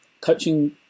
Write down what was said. coaching